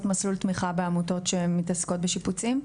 מסלול תמיכה בעמותות שמתעסקות בשיפוצים?